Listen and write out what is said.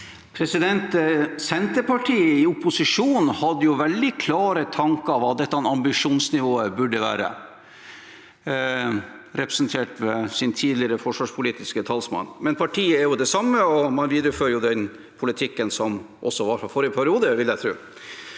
Senterpartiet i oppo- sisjon hadde jo veldig klare tanker om hva dette ambisjonsnivået burde være, representert ved sin tidligere forsvarspolitiske talsmann. Partiet er jo det samme, og man viderefører den politikken som også var i forrige periode, vil jeg tro.